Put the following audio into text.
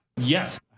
Yes